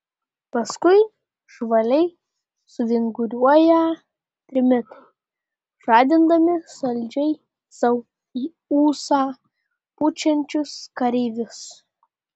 paskui žvaliai suvinguriuoja trimitai žadindami saldžiai sau į ūsą pučiančius kareivius